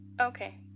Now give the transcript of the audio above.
Okay